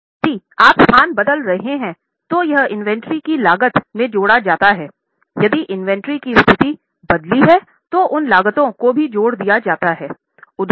यदि आप स्थान बदल रहे हैं तो यह इन्वेंट्री की लागत में जोड़ा जाता है यदि इन्वेंट्री की स्थिति बदलती है तो उन लागतों को भी जोड़ दिया जाता है